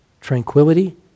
Tranquility